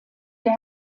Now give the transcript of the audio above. der